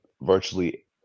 virtually